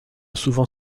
souvent